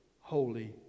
holy